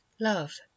love